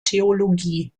theologie